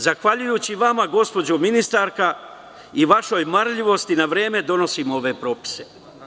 Zahvaljujući vama, gospođo ministarka, i vašoj marljivosti, na vreme donosimo ove propise.